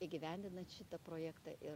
įgyvendinant šitą projektą ir